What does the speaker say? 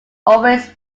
always